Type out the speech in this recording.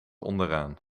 onderaan